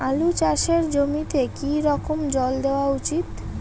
আলু চাষের জমিতে কি রকম জল দেওয়া উচিৎ?